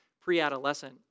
pre-adolescent